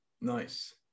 Nice